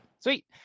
Sweet